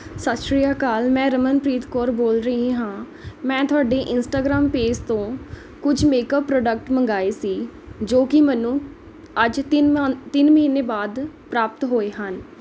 ਸਤਿ ਸ਼੍ਰੀ ਅਕਾਲ ਮੈਂ ਰਮਨਪ੍ਰੀਤ ਕੌਰ ਬੋਲ ਰਹੀ ਹਾਂ ਮੈਂ ਤੁਹਾਡੀ ਇੰਸਟਾਗ੍ਰਾਮ ਪੇਜ਼ ਤੋਂ ਕੁਝ ਮੇਕਅਪ ਪ੍ਰੋਡਕਟ ਮੰਗਵਾਏ ਸੀ ਜੋ ਕਿ ਮੈਨੂੰ ਅੱਜ ਤਿੰਨ ਮਨ ਤਿੰਨ ਮਹੀਨੇ ਬਾਅਦ ਪ੍ਰਾਪਤ ਹੋਏ ਹਨ